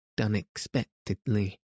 unexpectedly